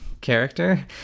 character